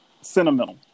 sentimental